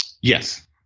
Yes